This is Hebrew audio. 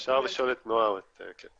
אפשר לשאול את נועה, כן.